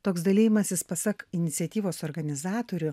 toks dalijimasis pasak iniciatyvos organizatorių